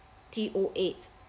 O eight